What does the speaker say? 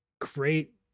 great